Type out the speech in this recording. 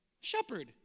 shepherd